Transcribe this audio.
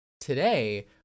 Today